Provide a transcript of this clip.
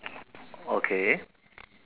okay